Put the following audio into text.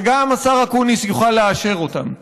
וגם השר אקוניס יוכל לאשר אותן: